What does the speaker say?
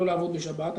לא לעבוד בשבת.